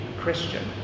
Christian